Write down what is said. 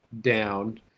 down